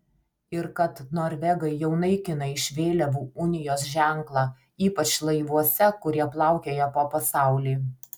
ir kad norvegai jau naikina iš vėliavų unijos ženklą ypač laivuose kurie plaukioja po pasaulį